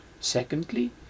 Secondly